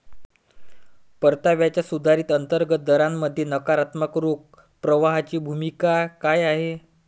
परताव्याच्या सुधारित अंतर्गत दरामध्ये नकारात्मक रोख प्रवाहाची भूमिका काय आहे?